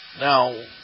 Now